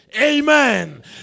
Amen